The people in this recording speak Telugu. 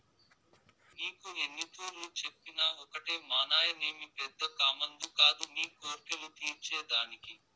నీకు ఎన్నితూర్లు చెప్పినా ఒకటే మానాయనేమి పెద్ద కామందు కాదు నీ కోర్కెలు తీర్చే దానికి